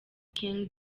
king